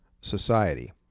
society